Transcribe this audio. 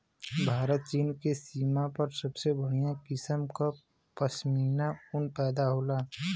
भारत चीन के सीमा पर सबसे बढ़िया किसम क पश्मीना ऊन पैदा होला